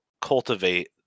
cultivate